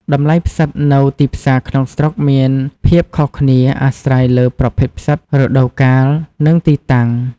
តម្លៃផ្សិតនៅទីផ្សារក្នុងស្រុកមានភាពខុសគ្នាអាស្រ័យលើប្រភេទផ្សិត រដូវកាល និងទីតាំង។